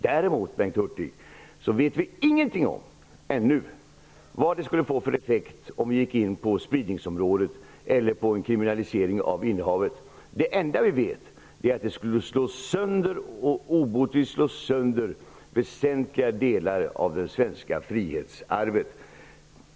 Däremot, Bengt Hurtig, vet vi ännu ingenting om vad det skulle få för effekt om vi skulle gå in på spridningsområdet eller på en kriminalisering av innehavet. Det enda vi vet är att det skulle slå sönder, obotligt slå sönder, väsentliga delar av det svenska frihetsarvet.